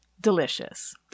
Delicious